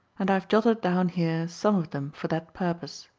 and i have jotted down here some of them for that purpose.